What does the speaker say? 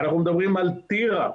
אנחנו מדברים על טירה,